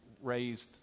raised